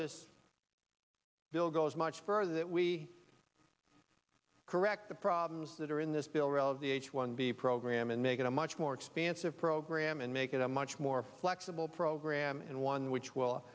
this bill goes much further that we correct the problems that are in this bill releve the h one b program and make it a much more expansive program and make it a much more flexible program and one which will